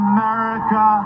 America